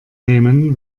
nehmen